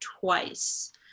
twice